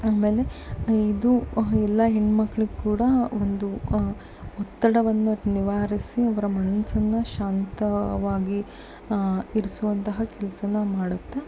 ಆಮೇಲೆ ಇದು ಎಲ್ಲ ಹೆಣ್ಮಕ್ಳಿಗೆ ಕೂಡ ಒಂದು ಒತ್ತಡವನ್ನು ನಿವಾರಿಸಿ ಅವರ ಮನ್ಸನ್ನು ಶಾಂತವಾಗಿ ಇರಿಸುವಂತಹ ಕೆಲಸನ ಮಾಡುತ್ತೆ